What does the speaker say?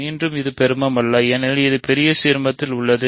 மீண்டும் இது பெருமம் அல்ல ஏனெனில் இது பெரிய சீர்மத்தில் உள்ளது